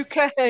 UK